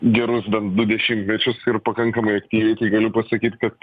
gerus bent du dešimtmečius ir pakankamai aktyviai tai galiu pasakyt kad